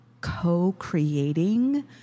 co-creating